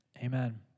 amen